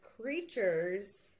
creatures